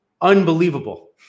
unbelievable